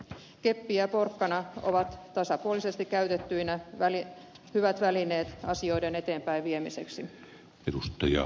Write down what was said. keppi ja porkkana ovat tasapuolisesti käytettyinä hyvät välineet asioiden eteenpäinviemiseksi